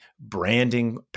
branding